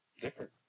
different